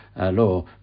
law